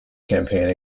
campaign